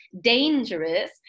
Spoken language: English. dangerous